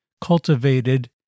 cultivated